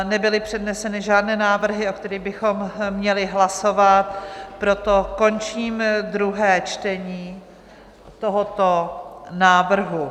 Nebyly předneseny žádné návrhy, o kterých bychom měli hlasovat, proto končím druhé čtení tohoto návrhu.